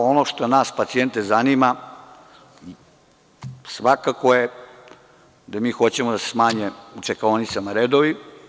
Ono što nas pacijente zanima svakako je da mi hoćemo da se smanje u čekaonicama redovi.